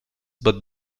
but